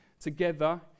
together